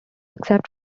except